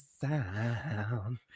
sound